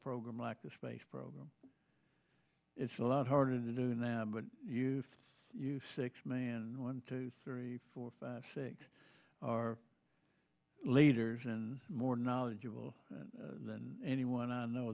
program like the space program it's a lot harder to do now but you you six man one two three four five six our leaders and more knowledgeable than anyone i know